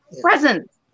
presents